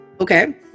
Okay